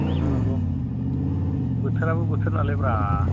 नंगौ नंगौ बोथोराबो बोथोर नालाय ब्रा